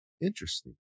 Interesting